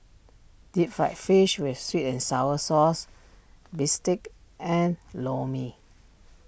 Deep Fried Fish with Sweet and Sour Sauce Bistake and Lor Mee